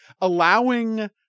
allowing